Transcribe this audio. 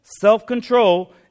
self-control